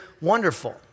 wonderful